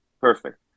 Perfect